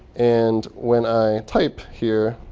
and when i type here,